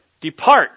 depart